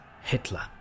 Hitler